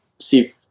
see